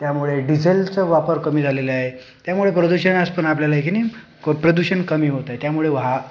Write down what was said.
त्यामुळे डिझेलचं वापर कमी झालेलं आहे त्यामुळे प्रदूषण आजपण आपल्याला आहे की नाही क प्रदूषण कमी होत आहे त्यामुळे वाह